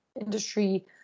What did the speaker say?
industry